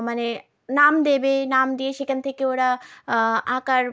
মানে নাম দেবে নাম দিয়ে সেখান থেকে ওরা আঁকার